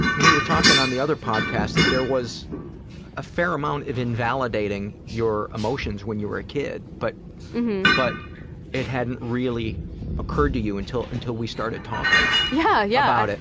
we were talking on the other podcast that there was a fair amount of invalidating your emotions when you were a kid, but but it hadn't really occurred to you until until we started talking about yeah yeah but it.